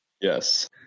Yes